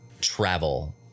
travel